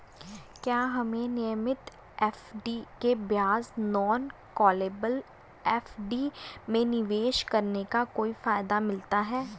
क्या हमें नियमित एफ.डी के बजाय नॉन कॉलेबल एफ.डी में निवेश करने का कोई फायदा मिलता है?